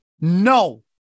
no